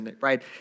right